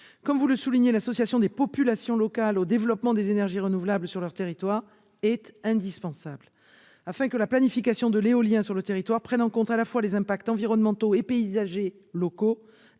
Comme vous le soulignez, l'association des populations locales au développement des énergies renouvelables sur leur territoire est indispensable : la planification de l'éolien sur le territoire national doit prendre en compte à la fois les impacts environnementaux et paysagers locaux